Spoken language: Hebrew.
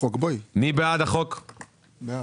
מי בעד אישור הצעת חוק ההתייעלות הכלכלית (תיקוני